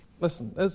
Listen